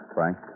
Frank